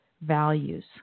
Values